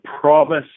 promise